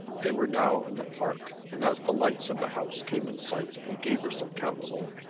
they were now in the park, and as the lights of the house came in sight he gave her some counsel.